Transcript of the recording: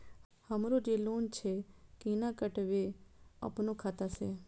हमरो जे लोन छे केना कटेबे अपनो खाता से?